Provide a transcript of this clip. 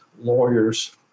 lawyers